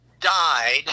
died